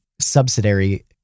subsidiary